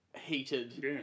heated